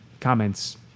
comments